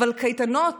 וקייטנות